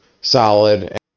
solid